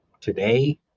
today